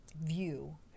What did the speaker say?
view